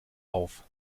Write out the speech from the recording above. auf